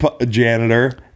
janitor